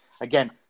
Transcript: again